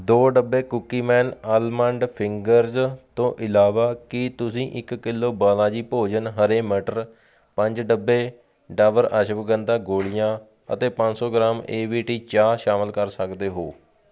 ਦੋ ਡੱਬੇ cookie man almond fingers ਤੋਂ ਇਲਾਵਾ ਕੀ ਤੁਸੀਂ ਇੱਕ ਕਿਲੋ ਬਾਲਾਜੀ ਭੋਜਨ ਹਰੇ ਮਟਰ ਪੰਜ ਡੱਬੇ ਡਾਬਰ ਅਸ਼ਵਗੰਧਾ ਗੋਲੀਆਂ ਅਤੇ ਪੰਜ ਸੌ ਗ੍ਰਾਮ ਏਵੀਟੀ ਚਾਹ ਸ਼ਾਮਲ ਕਰ ਸਕਦੇ ਹੋ